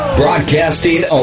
broadcasting